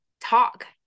talk